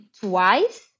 twice